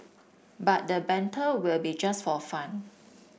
but the banter will be just for fun